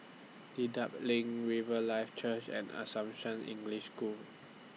Dedap LINK Riverlife Church and Assumption English School